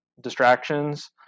distractions